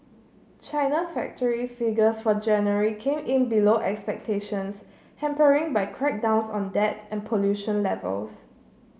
China factory figures for January came in below expectations hampering by crackdowns on debt and pollution levels